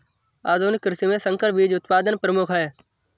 आधुनिक कृषि में संकर बीज उत्पादन प्रमुख है